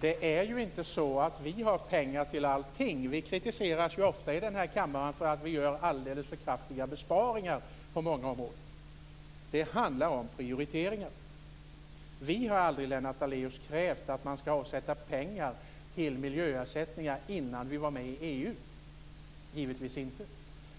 Fru talman! Vi har inte pengar till allt. Vi kritiseras ofta i kammaren för att vi gör alldeles för kraftiga besparingar på många håll. Det handlar om prioriteringar. Vi krävde aldrig, Lennart Daléus, att pengar skulle avsättas till miljöersättningar innan vi blev medlemmar i EU.